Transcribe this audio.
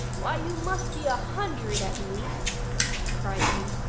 why you must be a hundred at least cried he.